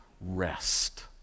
rest